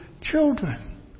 children